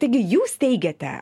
taigi jūs teigiate